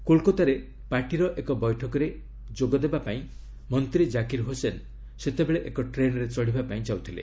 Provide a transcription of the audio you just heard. କୋଲକତାରେ ପାର୍ଟିର ଏକ ବୈଠକରେ ଯୋଗଦେବାକୁ ମନ୍ତ୍ରୀ ଜାକିର ହୋସେନ ସେତେବେଳେ ଏକ ଟ୍ରେନ୍ରେ ଚଢ଼ିବା ପାଇଁ ଯାଉଥିଲେ